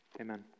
Amen